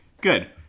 Good